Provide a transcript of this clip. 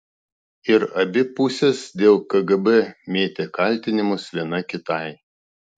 ir abi pusės dėl kgb mėtė kaltinimus viena kitai